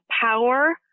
power